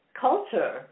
culture